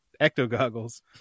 Ecto-Goggles